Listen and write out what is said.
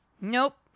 Nope